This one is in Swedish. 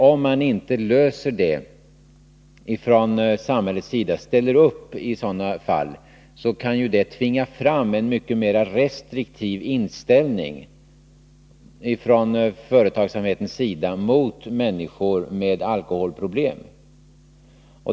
Om vi inte från samhällets sida löser det problemet, ställer upp i sådana fall, kan det tvinga fram en mycket mer restriktiv inställning från företagsamhetens sida mot människor med alkoholproblem.